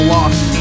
Lost